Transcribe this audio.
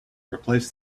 replace